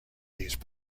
these